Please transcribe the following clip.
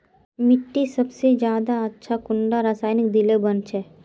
मिट्टी सबसे ज्यादा अच्छा कुंडा रासायनिक दिले बन छै?